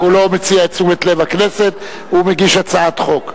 הוא לא מסב את תשומת לב הכנסת, הוא מגיש הצעת חוק.